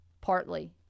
partly